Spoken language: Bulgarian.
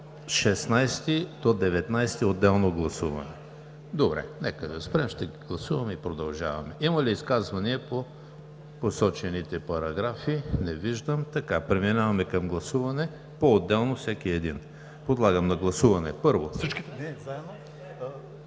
§ 19 отделно гласуване. Добре, нека да спрем. Ще ги гласуваме и продължаваме. Има ли изказвания по посочените параграфи? Не виждам. Преминаваме към гласуване поотделно на всеки един. ТАСКО ЕРМЕНКОВ (БСП